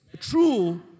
true